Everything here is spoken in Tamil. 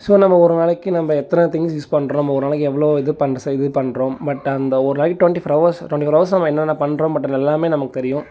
ஸோ நம்ம ஒரு நாளைக்கு நம்ப எத்தனை திங்க்ஸ் யூஸ் பண்ணுறோம் நம்ம ஒரு நாளைக்கு எவ்வளவோ இது பண் செய் இது பண்ணுறோம் பட் அந்த ஒரு நாளைக்கு twenty four hours twenty four hours நம்ம என்னென்ன பண்ணுறோம் பட் எல்லாமே நமக்கு தெரியும்